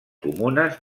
comunes